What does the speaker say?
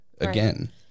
again